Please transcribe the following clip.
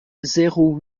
zéro